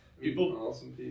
people